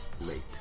late